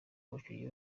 abakinnyi